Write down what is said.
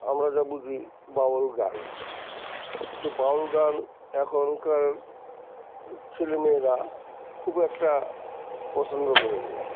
আমরা যা বুঝি বাউল গান কিন্তু বাউল গান এখনকার ছেলেমেয়েরা খুব একটা পছন্দ করেন না